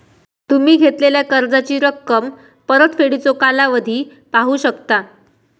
तुम्ही घेतलेला कर्जाची रक्कम, परतफेडीचो कालावधी पाहू शकता